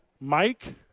Mike